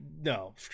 No